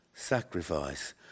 Sacrifice